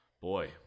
Boy